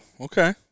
Okay